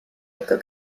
ikka